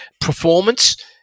performance